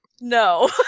No